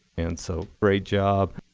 and so great job,